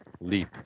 leap